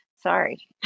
Sorry